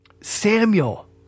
Samuel